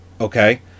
okay